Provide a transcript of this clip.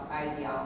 Ideology